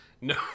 no